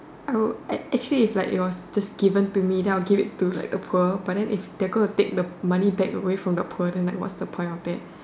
uh actually it like was it just given to me then I would give it like to poor but then if they going to take the money back away from the poor then like what's the point of that